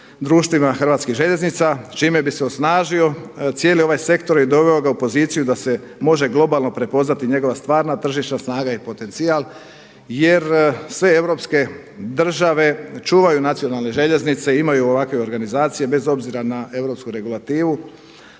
društvima HŽ-a s čime bi se osnažio cijeli ovaj sektor i doveo ga u poziciju da se može globalno prepoznati njegova stvarna tržišna snaga i potencijal jer sve europske države čuvaju nacionalne željeznice, imaju ovakve organizacije bez obzira na europsku regulativu,